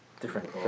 different